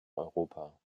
europa